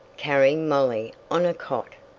carrying molly on a cot.